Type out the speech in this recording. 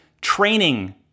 training